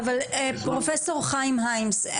אבל פרופ' חיים היימס,